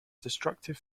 destructive